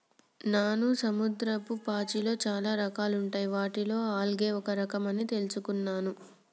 నాను సముద్రపు పాచిలో చాలా రకాలుంటాయి వాటిలో ఆల్గే ఒక రఖం అని తెలుసుకున్నాను